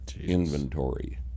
inventory